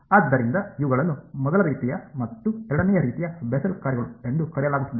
ಆದ್ದರಿಂದ ಇವುಗಳನ್ನು ಮೊದಲ ರೀತಿಯ ಮತ್ತು ಎರಡನೆಯ ರೀತಿಯ ಬೆಸೆಲ್ ಕಾರ್ಯಗಳು ಎಂದು ಕರೆಯಲಾಗುತ್ತದೆ